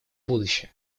будущее